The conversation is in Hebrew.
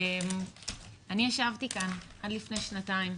אני ישבתי כאן עד לפני שנתיים